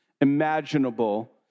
imaginable